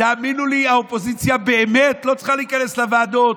תאמינו לי שהאופוזיציה באמת לא צריכה להיכנס לוועדות,